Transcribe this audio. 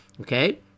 Okay